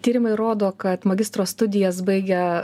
tyrimai rodo kad magistro studijas baigę